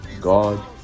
God